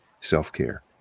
self-care